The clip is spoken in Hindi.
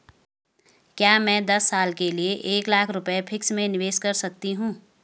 क्या मैं दस साल के लिए एक लाख रुपये फिक्स में निवेश कर सकती हूँ?